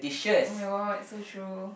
oh-my-god so true